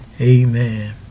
Amen